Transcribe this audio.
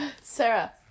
Sarah